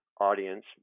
audience